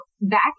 back